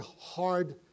hard